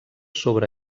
sobre